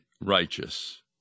righteous